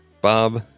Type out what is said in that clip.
Bob